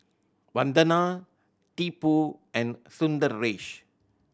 Vandana Tipu and Sundaresh